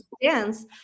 dance